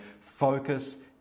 focus